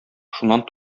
шуннан